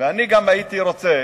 אני גם הייתי רוצה